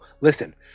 listen